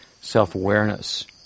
self-awareness